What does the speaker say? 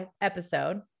episode